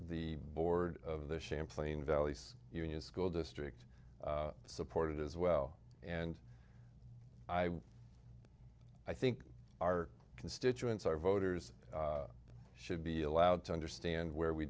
the board of the champlain valley union school district supported as well and i i think our constituents our voters should be allowed to understand where we